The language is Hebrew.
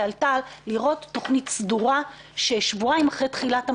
לראות תכנית סדורה ששבועיים מאז תחילת המשבר,